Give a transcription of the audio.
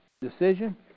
decision